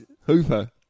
Hooper